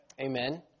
Amen